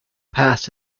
passed